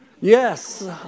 Yes